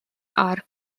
our